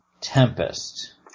Tempest